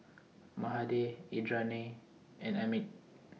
Mahade Indranee and Amit